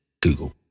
Google